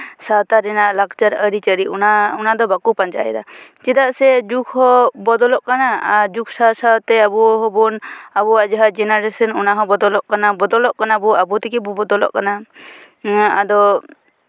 ᱥᱟᱶᱛᱟ ᱨᱮᱱᱟᱜ ᱞᱟᱠᱪᱟᱨ ᱟᱹᱨᱤᱪᱟᱨᱤ ᱚᱱᱟ ᱚᱱᱟ ᱫᱚ ᱵᱟᱠᱚ ᱯᱟᱸᱡᱟᱭᱮᱫᱟ ᱪᱮᱫᱟᱜ ᱥᱮ ᱡᱩᱜᱽ ᱦᱚᱸ ᱵᱚᱫᱚᱞᱚᱜ ᱠᱟᱱᱟ ᱟᱨ ᱡᱩᱜᱽ ᱥᱟᱶᱼᱥᱟᱶᱛᱮ ᱟᱵᱚ ᱦᱚᱸᱵᱚᱱ ᱟᱵᱚᱣᱟᱜ ᱡᱟᱦᱟᱸ ᱡᱮᱱᱟᱨᱮᱥᱮᱱ ᱚᱱᱟ ᱦᱚᱸ ᱵᱚᱫᱚᱞᱚᱜ ᱠᱟᱱᱟ ᱵᱚᱫᱚᱞᱚᱜ ᱠᱟᱱᱟᱵᱚᱱ ᱟᱵᱚ ᱛᱮᱜᱮ ᱵᱚᱱ ᱵᱚᱫᱚᱞᱚᱜ ᱠᱟᱱᱟ ᱟᱫᱚ